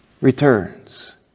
returns